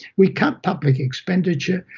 we cut public expenditure,